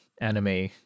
anime